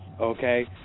Okay